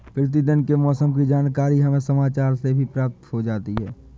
प्रतिदिन के मौसम की जानकारी हमें समाचार से भी प्राप्त हो जाती है